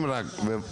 מדקה.